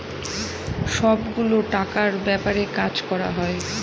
সব গুলো টাকার ব্যাপারে কাজ করা হয়